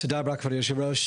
תודה רבה, כבוד היושב-ראש.